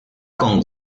con